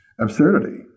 absurdity